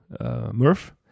Murph